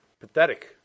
pathetic